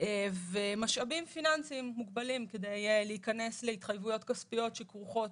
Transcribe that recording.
ומשאבים פיננסיים מוגבלים כדי להיכנס להתחייבויות כספיות שכרוכות